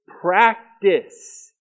practice